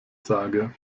sage